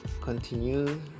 continue